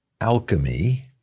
alchemy